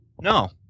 no